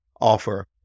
offer